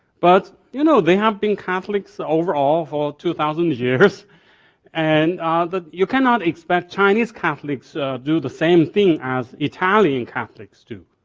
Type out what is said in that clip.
but you know they have been catholics overall for two thousand years and you cannot expect chinese catholics do the same thing as italian catholics do.